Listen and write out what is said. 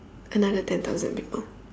another ten thousand people